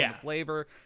flavor